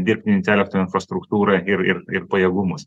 dirbtinį intelektą infrastruktūrą ir ir pajėgumus